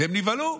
והם נבהלו.